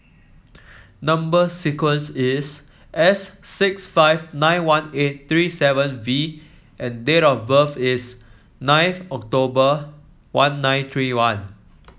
number sequence is S six five nine one eight three seven V and date of birth is ninth October one nine three one